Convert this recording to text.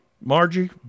Margie